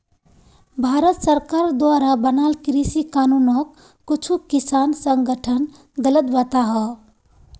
भारत सरकार द्वारा बनाल कृषि कानूनोक कुछु किसान संघठन गलत बताहा